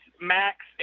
Max